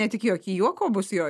ne tik juoki juoko bus joj